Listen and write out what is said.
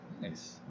Nice